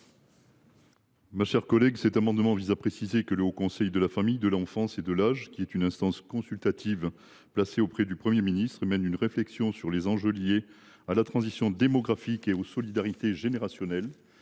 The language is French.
la commission ? Cet amendement vise à préciser que le Haut Conseil de la famille, de l’enfance et de l’âge, qui est une instance consultative placée auprès du Premier ministre, mène une réflexion « sur les enjeux liés à la transition démographique et aux solidarités générationnelles